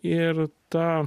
ir tą